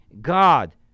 God